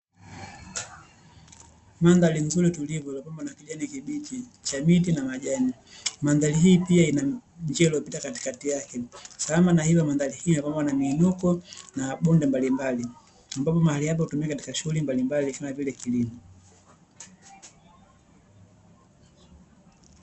Mandhari nzuri tulivu iliyopambwa na kijani kibichi cha miti na majani. Mandhari hii pia ina njia iliyopita katikati yake sambamba na hilo, mandhari hii imepambwa na miinuko na mabonde mbalimbali, ambapo mahali hapa hutumika katika shughuli mbalimbali kama vile kilimo.